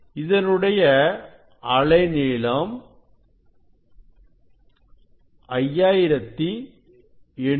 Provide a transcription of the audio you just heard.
இதனுடைய அலைநீளம் 5893 A